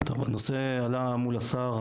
הנושא עלה מול השר,